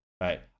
right